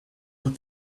but